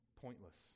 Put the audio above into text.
pointless